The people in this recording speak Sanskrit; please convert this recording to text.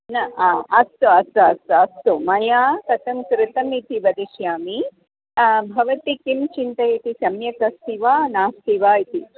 न आ अस्तु अस्तु अस्तु अस्तु मया कतं कृतम् इति वदिष्यामि भवती किं चिन्तयति सम्यक् अस्ति वा नास्ति वा इति